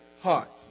hearts